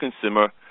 consumer